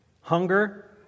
hunger